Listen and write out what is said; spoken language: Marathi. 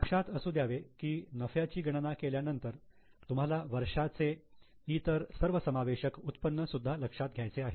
लक्षात असू द्यावे की नफ्याची गणना केल्यानंतर तुम्हाला वर्षाचे इतर सर्वसमावेशक उत्पन्न सुद्धा लक्षात घ्यायचे आहे